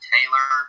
Taylor